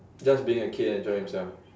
just being a kid enjoy himself